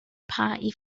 party